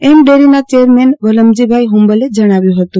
એમ ડેરીના ચેરમેન વાલમજીભાઈ હુંબલે જણાવ્યું હતું